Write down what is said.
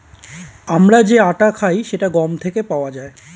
আমরা যে আটা খাই সেটা গম থেকে পাওয়া যায়